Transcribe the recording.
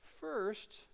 First